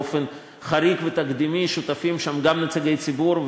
באופן חריג ותקדימי שותפים בה גם נציגי ציבור,